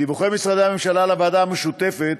מדיווחי משרדי הממשלה לוועדה המשותפת